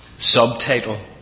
Subtitle